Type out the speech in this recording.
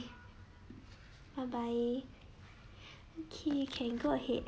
bye bye okay can go ahead